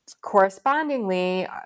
Correspondingly